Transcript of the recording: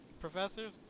professors